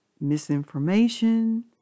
misinformation